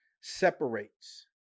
separates